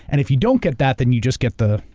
and if you don't get that, then you just get the,